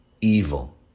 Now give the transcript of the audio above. evil